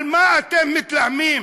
על מה אתם מתלהמים?